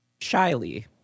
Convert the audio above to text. Shyly